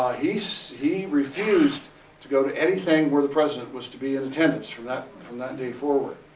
ah he so he refused to go to anything where the president was to be in attendance from that from that day forward.